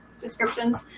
descriptions